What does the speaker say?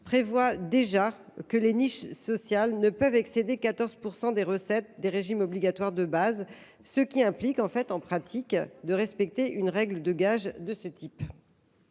prévoit déjà que les niches sociales ne peuvent excéder 14 % des recettes des régimes obligatoires de base, ce qui implique en pratique de respecter une règle de gage de ce type.